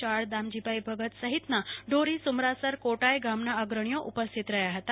Chad Damjibhai Bhagat સહિતના ઢોરી સુમરાસર કોટાથ ગામના અગ્રણીઓ ઉપસ્થિત રહ્યા હતા